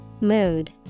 Mood